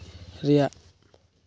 ᱨᱮᱭᱟᱜ